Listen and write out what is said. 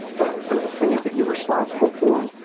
but for the things that you're responsible for,